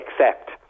accept